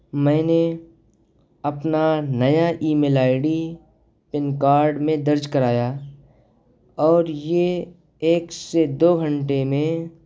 میں نے اپنا نیا email ID PAN card میں درج کرایا اور یہ ایک سے دو گھنٹے میں